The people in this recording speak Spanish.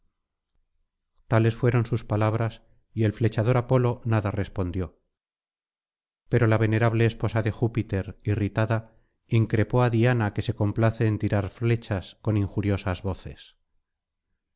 tales fueron sus palabras y el flechador apolo nada respondió pero la venerable esposa de júpiter irritada increpó á diana que se complace en tirar flechas con injuriosas voces